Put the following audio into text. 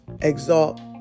exalt